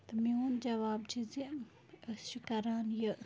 تہٕ میون جواب چھِ زِ أسۍ چھِ کران یہِ